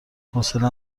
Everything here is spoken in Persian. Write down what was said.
حوصله